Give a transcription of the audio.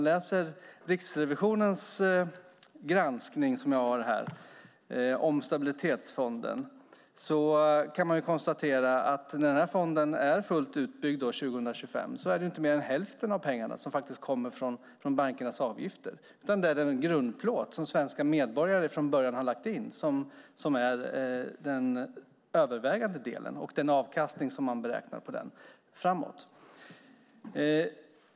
I Riksrevisionens granskning av Stabilitetsfonden kan man läsa att när fonden är fullt utbyggd 2025 är det inte mer än hälften av pengarna som kommer från bankernas avgifter, utan det är den grundplåt som de svenska medborgarna har lagt in från början som är den övervägande delen och den avkastning som man beräknar.